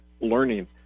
learning